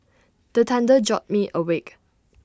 the thunder jolt me awake